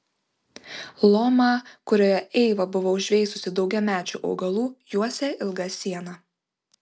lomą kurioje eiva buvo užveisusi daugiamečių augalų juosė ilga siena